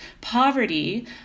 poverty